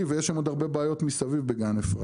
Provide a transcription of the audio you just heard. ויש שם עוד הרבה בעיות מסביב בגן אפרת.